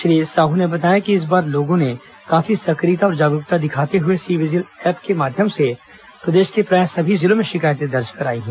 श्री साह ने बताया कि इस बार लोगों ने काफी सक्रियता और जागरूकता दिखाते हुए सी विजिल एप के माध्यम से प्रदेश के प्रायः सभी जिलों में शिकायतें दर्ज कराई हैं